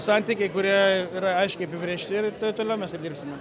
santykiai kurie yra aiškiai apibrėžti ir toliau mes ir dirbsime